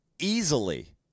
easily